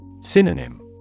Synonym